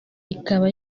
ikaba